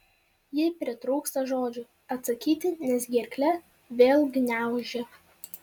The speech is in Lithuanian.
ji pritrūksta žodžių atsakyti nes gerklę vėl gniaužia